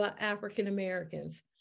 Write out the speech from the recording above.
African-Americans